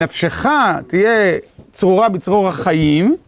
נפשך תהיה צרורה בצרור החיים.